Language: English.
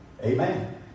Amen